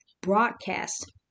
broadcast